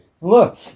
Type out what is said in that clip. Look